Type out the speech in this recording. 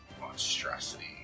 monstrosity